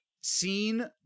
seen